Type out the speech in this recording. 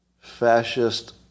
Fascist